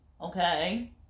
okay